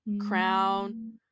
crown